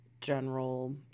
general